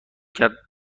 کرد